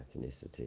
ethnicity